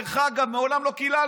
דרך אגב, מעולם לא קיללנו,